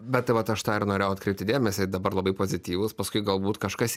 bet vat aš tą ir norėjau atkreipti dėmesį dabar labai pozityvūs paskui galbūt kažkas